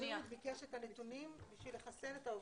משרד הבריאות ביקש את הנתונים בשביל לחסן את העובדים,